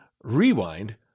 Rewind